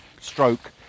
stroke